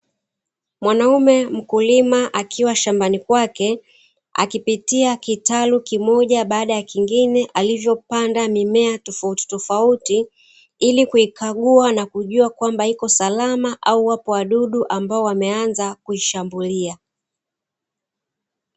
Mwanaume mkulima akiwa shambani kwake, akipitia kitalu kimoja baada ya kingine alichopanda mazao tofautitofautI ili kuikagua kujua ipo salama au kuna wadudu walioanza kuishambulia.